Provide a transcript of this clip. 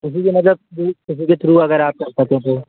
किसी के मतलब थ्रू किसी के थ्रू अगर आप कर सकें तो